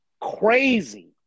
Crazy